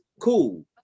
cool